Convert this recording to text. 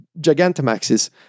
Gigantamaxes